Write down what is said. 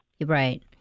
Right